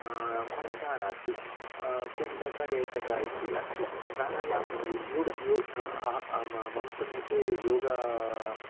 मन्त्रः नास्ति कुम्भक रेचक इति अस्ति प्राणायामे योग योग मम समीपे योगा